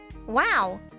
Wow